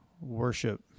worship